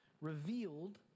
revealed